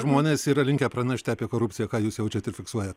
žmonės yra linkę pranešti apie korupciją ką jūs jaučiat ir fiksuojat